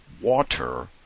water